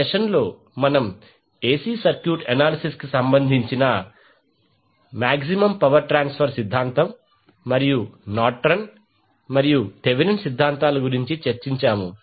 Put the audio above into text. ఈ సెషన్లో మనం ఎసి సర్క్యూట్ అనాలిసిస్ కు సంబంధించి మాక్సిమం పవర్ ట్రాన్స్ఫర్ సిద్ధాంతం నార్టన్ మరియు థెవెనిన్ సిద్ధాంతం గురించి చర్చించాము